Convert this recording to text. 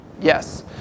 Yes